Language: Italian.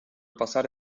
passare